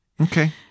Okay